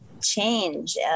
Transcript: change